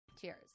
cheers